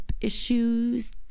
issues